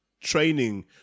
training